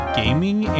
gaming